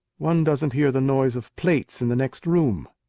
one doesn't hear the noise of plates in the next room.